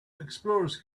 explorers